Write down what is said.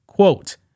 Quote